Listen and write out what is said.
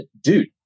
dude